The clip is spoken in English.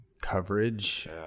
coverage